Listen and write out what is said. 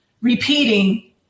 repeating